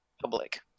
public